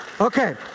Okay